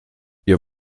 ihr